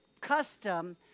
custom